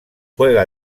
juega